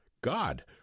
God